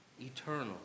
eternal